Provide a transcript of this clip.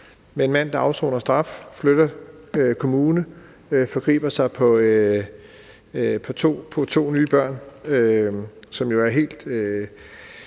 en mand, der afsoner straf, flytter kommune og forgriber sig på to nye børn, hvilket